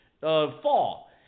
fall